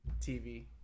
TV